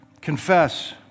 Confess